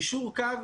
יישור קו.